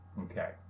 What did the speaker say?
Okay